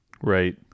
right